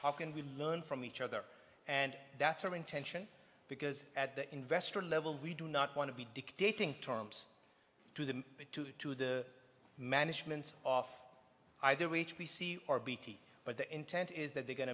how can we learn from each other and that's our intention because at the investor level we do not want to be dictating terms to the two to the management off either way we see our bt but the intent is that they're going